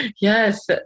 yes